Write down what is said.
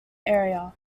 area